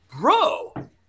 bro